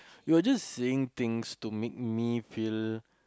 you're just saying things to make me feel